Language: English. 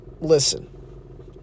Listen